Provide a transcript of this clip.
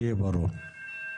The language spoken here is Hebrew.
שיהיה ברור.